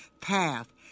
path